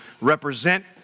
represent